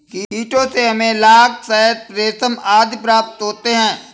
कीटों से हमें लाख, शहद, रेशम आदि प्राप्त होते हैं